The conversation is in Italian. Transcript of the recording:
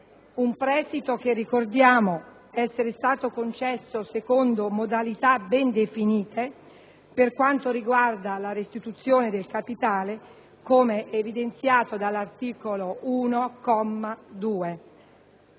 un prestito che ricordiamo essere stato concesso secondo modalità ben definite per quanto riguarda la restituzione del capitale, come evidenziato dall'articolo 1,